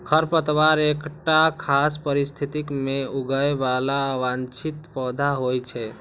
खरपतवार एकटा खास परिस्थिति मे उगय बला अवांछित पौधा होइ छै